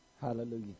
Hallelujah